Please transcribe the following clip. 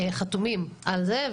חתומים על זה.